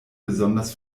besonders